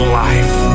life